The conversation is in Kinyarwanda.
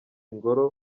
ngoro